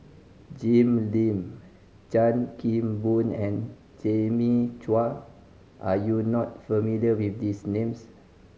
Jim Lim Chan Kim Boon and Jimmy Chua are you not familiar with these names